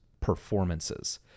performances